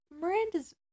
Miranda's